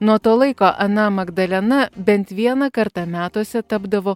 nuo to laiko ana magdalena bent vieną kartą metuose tapdavo